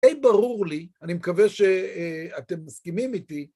די ברור לי, אני מקווה שאתם מסכימים איתי,